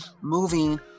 moving